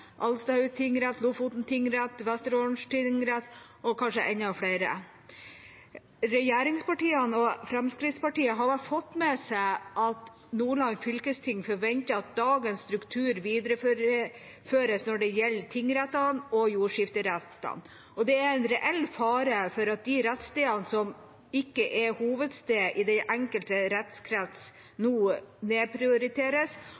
tingrett, Lofoten tingrett, Vesterålen tingrett og kanskje enda flere. Regjeringspartiene og Fremskrittspartiet har vel fått med seg at Nordland fylkesting forventer at dagens struktur videreføres når det gjelder tingrettene og jordskifterettene, og det er en reell fare for at de rettsstedene som ikke er hovedsted i den enkelte